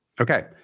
Okay